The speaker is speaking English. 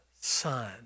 son